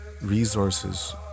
resources